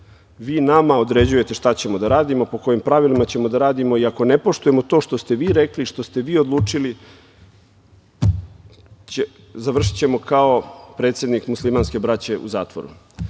Vi nama određujete šta ćemo da radimo, po kojim pravilima će da radimo i ako ne poštujemo to što ste vi rekli, što ste vi odlučili, završićemo kao predsednik muslimanke braće, u zatvoru. Dakle,